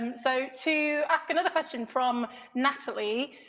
um so to ask another question from natalie,